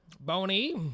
Bony